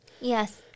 Yes